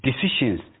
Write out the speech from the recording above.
decisions